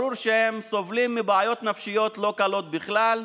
ברור שהם סובלים מבעיות נפשיות לא קלות בכלל,